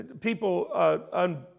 people